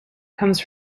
comes